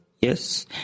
yes